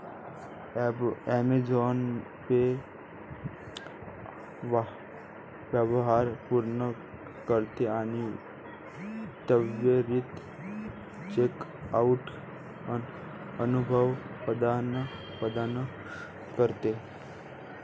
Amazon Pay व्यवहार पूर्ण करते आणि त्वरित चेकआउट अनुभव प्रदान करते